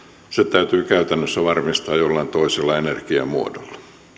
täytyy käytännössä varmistaa jollain toisella energiamuodolla